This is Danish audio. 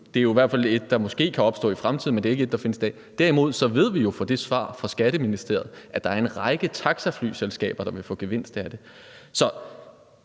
derude. Det er et, der måske kan opstå i fremtiden, men det er ikke et, der findes i dag. Derimod ved vi jo fra svaret fra Skatteministeriet, at der er en række taxaflyselskaber, der vil få gevinst af det. Så